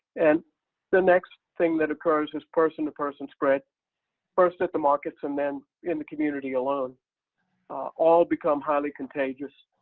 and the next thing that occurs this person to person spread first at the markets and then in the community alone all become highly contagious.